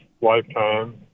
lifetime